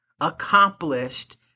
accomplished